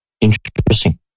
Interesting